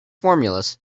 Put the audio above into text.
formulas